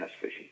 fishing